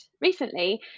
recently